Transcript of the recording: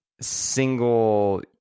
single